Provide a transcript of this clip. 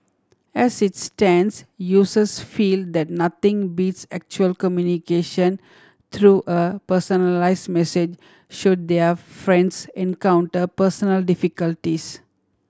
as it stands users feel that nothing beats actual communication through a personalised message should their friends encounter personal difficulties